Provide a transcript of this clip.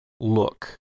look